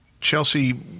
Chelsea